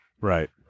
Right